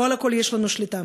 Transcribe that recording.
לא על הכול יש לנו שליטה.